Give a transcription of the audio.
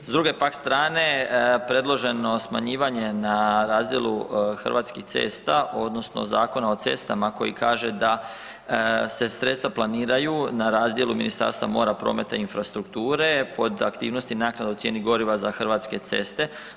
S druge pak strane, predloženo smanjivanje na razdjelu Hrvatskih cesta odnosno Zakona o cestama koji kaže da se sredstva planiraju na razdjelu Ministarstva mora, prometa i infrastrukture, pod aktivnosti naknada u cijeni goriva za Hrvatske ceste.